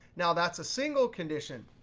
now, that's a single condition.